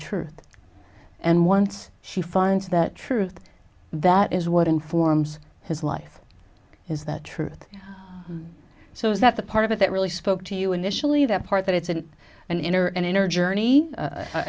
truth and once she finds that truth that is what informs his life is that truth so is that the part of it that really spoke to you initially that part that it's an inner and inner journey